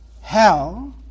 hell